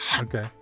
Okay